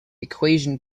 equation